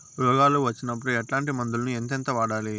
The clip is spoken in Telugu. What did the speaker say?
రోగాలు వచ్చినప్పుడు ఎట్లాంటి మందులను ఎంతెంత వాడాలి?